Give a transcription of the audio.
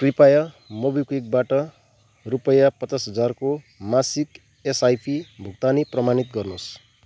कृपया मोबिक्विकबाट रुपियाँ पचास हजारको मासिक एसआइपी भुक्तानी प्रमाणित गर्नुहोस्